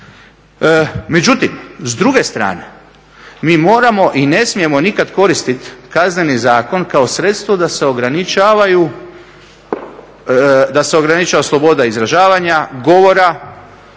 Međutim, s druge strane mi moramo i ne smijemo nikada koristiti Kazneni zakon kao sredstvo da se ograničava sloboda izražavanja, govora,